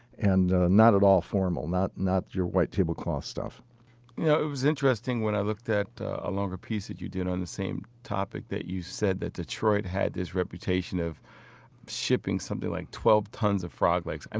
and not at all formal not not your white-tablecloth stuff you know it was interesting when i looked at a longer piece that you did on the same topic you said that detroit had this reputation of shipping something like twelve tons of frog legs. and